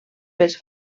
pels